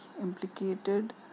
implicated